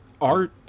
art